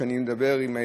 שאני מדבר עליה,